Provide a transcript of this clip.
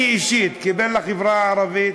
אני אישית, כבן לחברה הערבית,